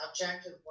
objective